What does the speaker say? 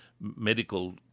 medical